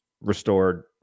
restored